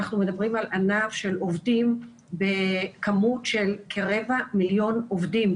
אנחנו מדברים על ענף של עובדים בכמות של כרבע מיליון עובדים,